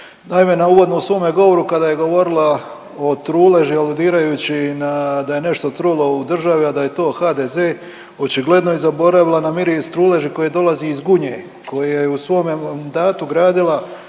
Naime uvodno u svome govoru kada je govorila o truleži aludirajući da je nešto trulo u državi, a da je to HDZ očigledno je zaboravila na miris truleži koji dolazi iz Gunje koja je u svome mandatu gradila